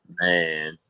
Man